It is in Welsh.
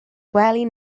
gwely